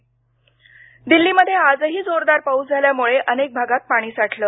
दिल्ली पाऊस दिल्लीमध्ये आजही जोरदार पाऊस झाल्यामुळे अनेक भागात पाणी साठलं